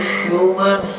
human